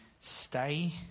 stay